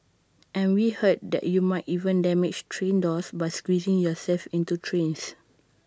and we heard that you might even damage train doors by squeezing yourself into trains